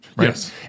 yes